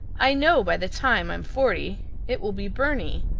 i know by the time i'm forty it will be byrney.